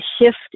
shift